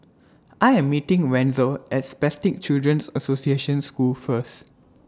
I Am meeting Wenzel At Spastic Children's Association School First